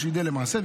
או שידל למעשה,